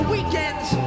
Weekends